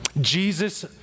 Jesus